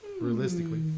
Realistically